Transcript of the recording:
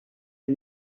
are